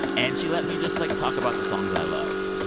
and she let me just, like, talk about the songs that i love.